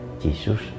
Jesus